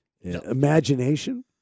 Imagination